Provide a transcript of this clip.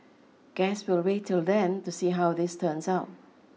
guess we'll wait till then to see how this turns out